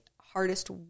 hardest